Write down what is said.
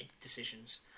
decisions